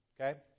okay